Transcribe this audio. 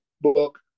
book